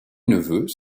neveux